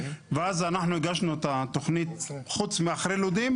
ואז אנחנו הגשנו את התוכנית חוץ מאחר ילודים,